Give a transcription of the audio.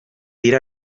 dira